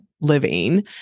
living